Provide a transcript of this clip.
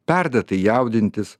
perdėtai jaudintis